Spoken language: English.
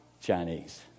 Chinese